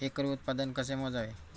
एकरी उत्पादन कसे मोजावे?